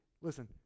listen